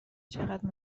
چقدر